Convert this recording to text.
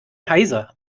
heiser